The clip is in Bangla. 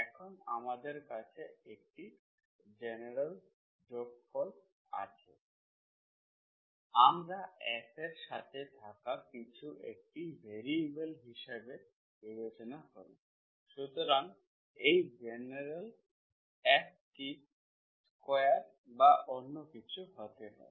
এখন আমাদের কাছে একটি জেনারেল যোগফল আছে আমরা f এর সাথে থাকা কিছু একটি ভ্যারিয়েবল হিসাবে বিবেচনা করি সুতরাং এই জেনারেল f টি স্কয়ার বা অন্য কিছু হতে পারে